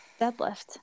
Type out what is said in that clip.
deadlift